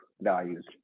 values